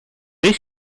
dei